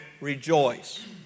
rejoice